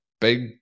big